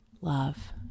love